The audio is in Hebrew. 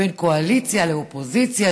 בין קואליציה לאופוזיציה,